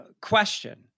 question